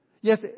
Yes